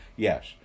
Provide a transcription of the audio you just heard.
Yes